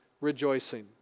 rejoicing